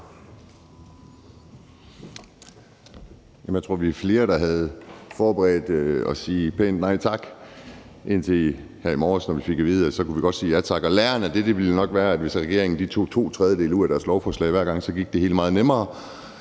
Jeg tror, at vi er flere, der havde forberedt at sige pænt nej tak indtil her i morges, hvor vi fik at vide, at vi godt kunne sige ja tak. Læren af det ville jo nok være, at hvis regeringen tog to tredjedele ud af deres lovforslag hver gang, gik det hele meget nemmere,